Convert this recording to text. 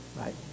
right